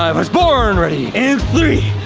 um was born ready. in three,